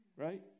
right